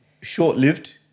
short-lived